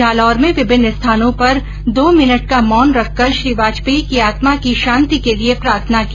जालौर में विभिन्न स्थानों पर दो मिनट का मौन रखकर श्री वाजपेयी की आत्मा की शांति के लिए प्रार्थना की